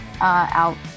out